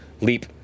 leap